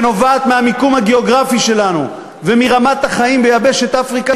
שנובעת מהמיקום הגיאוגרפי שלנו ומרמת החיים ביבשת אפריקה,